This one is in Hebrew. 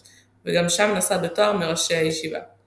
לאחר פטירת אביו ב-1978 החל להעביר שיעורים בישיבת מיר לצד גיסו,